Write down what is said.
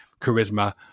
charisma